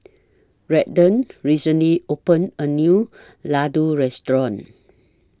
Redden recently opened A New Ladoo Restaurant